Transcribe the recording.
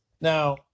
now